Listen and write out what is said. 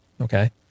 Okay